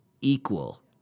equal